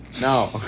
No